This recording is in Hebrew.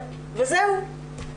וזהו.